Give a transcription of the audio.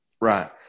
Right